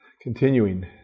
Continuing